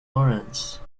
lawrence